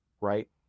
right